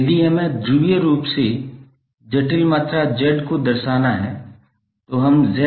यदि हमें ध्रुवीय रूप में जटिल मात्रा Z को दर्शाना है तो हम 𝒁𝑅𝑗𝑋